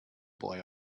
boy